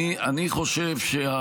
הייתי.